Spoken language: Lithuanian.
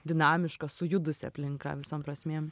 dinamiška sujudusi aplinka visom prasmėm